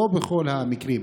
לא בכל המקרים,